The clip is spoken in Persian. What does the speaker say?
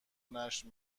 نشر